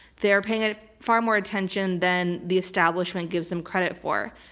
they're paying ah far more attention than the establishment gives them credit for.